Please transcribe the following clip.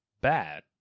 bad